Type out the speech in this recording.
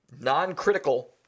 Non-critical